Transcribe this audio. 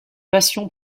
passions